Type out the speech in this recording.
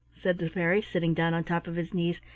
said the fairy, sitting down on top of his knees.